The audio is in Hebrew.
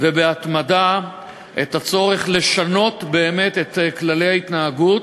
ובהתמדה את הצורך לשנות באמת את כללי ההתנהגות,